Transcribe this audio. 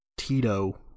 Tito